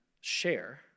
share